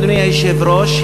אדוני היושב-ראש,